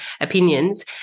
opinions